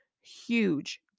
huge